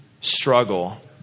struggle